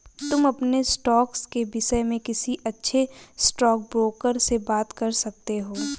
तुम अपने स्टॉक्स के विष्य में किसी अच्छे स्टॉकब्रोकर से बात कर सकते हो